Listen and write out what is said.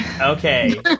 okay